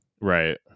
right